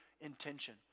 intention